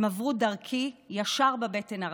הם עברו דרכי, ישר בבטן הרכה.